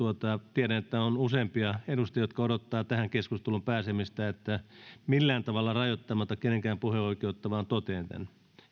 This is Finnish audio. tiedän että on useampia edustajia jotka odottavat tähän keskusteluun pääsemistä että millään tavalla rajoittamatta kenenkään puheoikeutta vain totean tämän